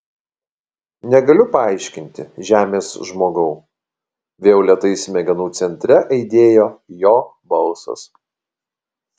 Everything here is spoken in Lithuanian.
negaliu paaiškinti žemės žmogau vėl lėtai smegenų centre aidėjo jo balsas